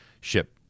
ship